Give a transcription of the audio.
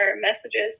messages